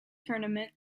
tournament